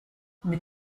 mit